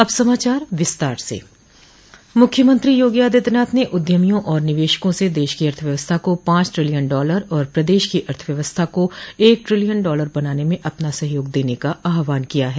अब समाचार विस्तार से मुख्यमंत्री योगी आदित्यनाथ ने उद्यमियों और निवेशकों से देश की अर्थव्यवस्था को पांच ट्रिलियन डॉलर और प्रदेश की अर्थव्यवस्था को एक ट्रिलियन डॉलर बनाने में अपना सहयोग देने का आहवान किया है